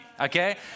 okay